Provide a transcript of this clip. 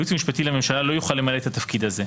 הייעוץ המשפטי לממשלה לא יוכל למלא את התפקיד הזה,